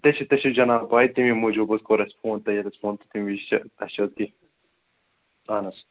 تۅہہِ چھِوٕ تۅہہِ چھِوٕ جناب پےَ تٔمی موٗجوٗب حظ کوٚر اَسہِ فون تۅہہِ حظ فون تُہی وُچھِو حظ اَسہِ چھِ حظ کیٚنٛہہ اَہَن حظ